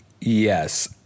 Yes